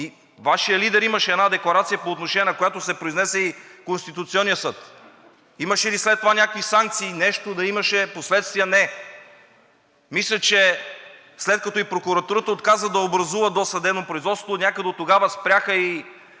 Вашият лидер имаше една декларация, по отношение на която се произнесе и Конституционният съд. Имаше ли след това някакви санкции, нещо да имаше последствия – не. Мисля, че след като и прокуратурата отказа да образува досъдебно производство, някъде оттогава спряха и